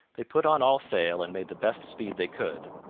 they put on all sail and made the best speed they could,